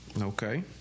Okay